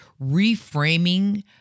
reframing